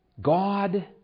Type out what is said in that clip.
God